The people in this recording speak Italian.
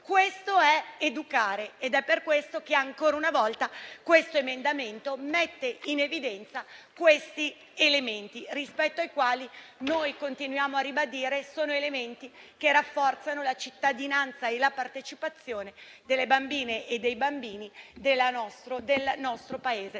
questo è educare. È per tale motivo che, ancora una volta, l'emendamento in esame mette in evidenza questi elementi, rispetto ai quali noi continuiamo a ribadire che rafforzano la cittadinanza e la partecipazione delle bambine e dei bambini del nostro Paese,